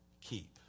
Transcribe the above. keep